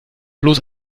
bloß